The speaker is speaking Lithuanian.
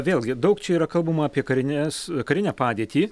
vėlgi daug čia yra kalbama apie karines karinę padėtį